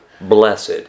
blessed